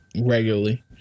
regularly